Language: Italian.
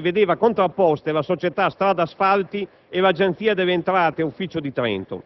nella controversia che vedeva contrapposte la società Stradasfalti srl e l'Agenzia delle entrate, ufficio di Trento,